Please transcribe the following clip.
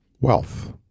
wealth